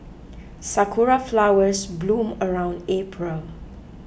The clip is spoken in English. sakura flowers bloom around April